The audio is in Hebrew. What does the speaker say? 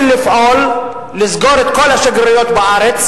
לפעול לסגור את כל השגרירויות בארץ,